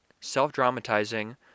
self-dramatizing